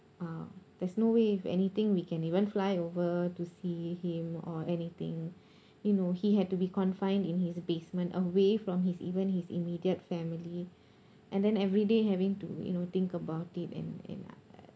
uh there's no way if anything we can even fly over to see him or anything you know he had to be confined in his basement away from his even his immediate family and then every day having to you know think about it and and I